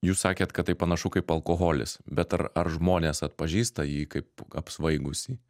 jūs sakėt kad tai panašu kaip alkoholis bet ar ar žmonės atpažįsta jį kaip apsvaigusį